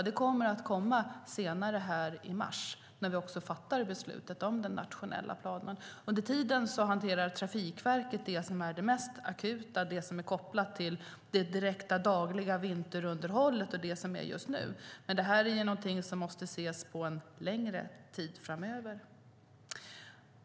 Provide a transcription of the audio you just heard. Det kommer senare i mars när vi fattar beslutet om den nationella planen. Under tiden hanterar Trafikverket det som är det mest akuta och det som är kopplat till det direkta, dagliga vinterunderhållet och som behövs just nu. Men det här är någonting som måste ses på med ett längre tidsperspektiv.